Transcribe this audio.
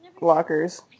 Lockers